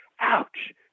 ouch